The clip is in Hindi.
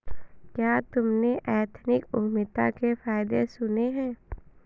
क्या तुमने एथनिक उद्यमिता के फायदे सुने हैं?